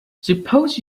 suppose